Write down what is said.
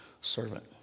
servant